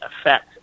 effect